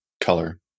color